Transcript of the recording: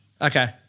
Okay